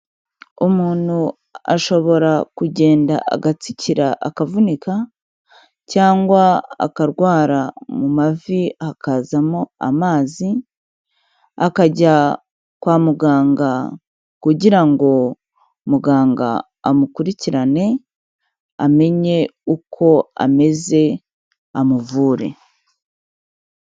Umuntu ashobora kugenda agatsikira akavunika cyangwa akarwara mu mavi hakazamo amazi, akajya kwa muganga kugira ngo muganga amukurikirane, amenye uko ameze amuvure.